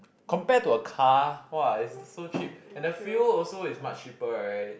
compared to a car !wah! it's so cheap and the fuel also is much cheaper right